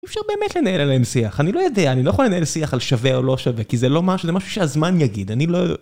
אפשר באמת לנהל עליהם שיח, אני לא יודע, אני לא יכול לנהל שיח על שווה או לא שווה, כי זה לא משהו, זה משהו שהזמן יגיד, אני לא...